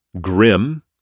Grim